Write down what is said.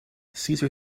caesar